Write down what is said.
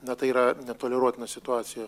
na tai yra netoleruotina situacija